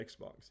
xbox